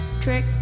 trick